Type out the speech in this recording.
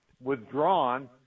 withdrawn